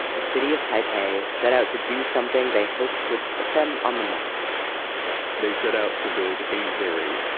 the city of taipei set out to do something they hope would put them on the map they set out to build a very,